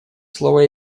слово